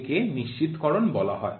একে নিশ্চিতকরণ বলা হয়